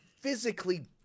physically